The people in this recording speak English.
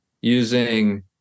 using